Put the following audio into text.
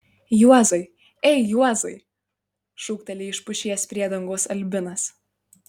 juozai ei juozai šūkteli iš pušies priedangos albinas